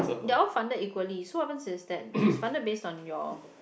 they are all funded equally so what happens is that it's funded based on your